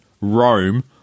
Rome